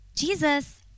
Jesus